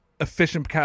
efficient